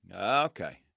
Okay